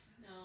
No